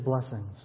blessings